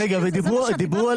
דיברו על